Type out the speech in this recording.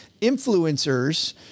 influencers